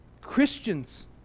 Christians